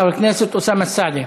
חבר הכנסת אוסאמה סעדי.